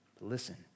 Listen